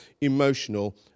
emotional